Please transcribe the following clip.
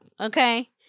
okay